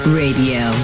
radio